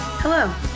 Hello